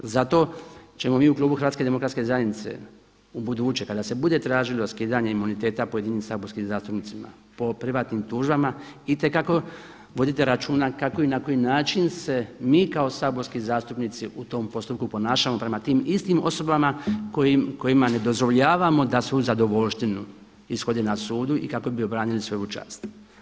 Zato ćemo mi u klubu HDZ-a u buduće kad se bude tražilo skidanje imuniteta pojedinim saborskim zastupnicima po privatnim tužbama itekako voditi računa kako i na koji način se mi kao saborski zastupnici u tom postupku ponašamo prema tim istim osobama kojima ne dozvoljavamo da svu zadovoljštinu ishode na sudu i kako bi obranili svoju čast.